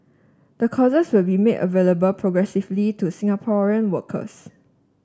the courses will be made available progressively to Singaporean workers